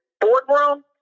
boardroom